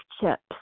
chips